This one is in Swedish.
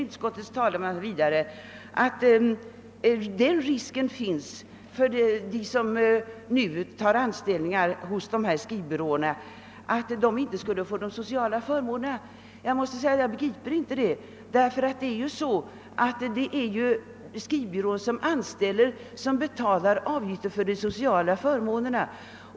Utskottets talesman framhåller vidare att det finns risk för att de som nu tar anställning hos ambulerande skrivbyråer inte får några sociala förmåner. Jag begriper inte detta argument; den anställande skrivbyrån betalar ju avgifter för de sociala förmånerna.